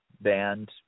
band